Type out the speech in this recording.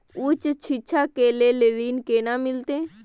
उच्च शिक्षा के लेल ऋण केना मिलते?